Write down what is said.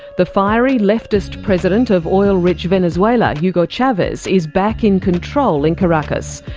the fiery leftist president of oil-rich venezuela, hugo chavez, is back in control in caracas,